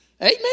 Amen